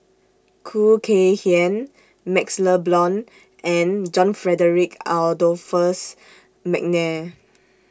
Khoo Kay Hian MaxLe Blond and John Frederick Adolphus Mcnair